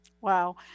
wow